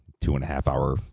two-and-a-half-hour